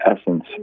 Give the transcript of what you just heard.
essence